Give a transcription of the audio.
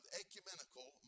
ecumenical